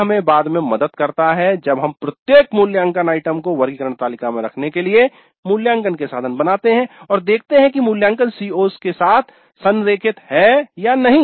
यह हमें बाद में मदद करता है जब हम प्रत्येक मूल्यांकन आइटम को वर्गीकरण तालिका में रखने के लिए मूल्यांकन के साधन बनाते हैं और देखते हैं कि मूल्यांकन CO's के साथ संरेखित है या नहीं